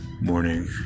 morning